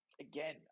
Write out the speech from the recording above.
again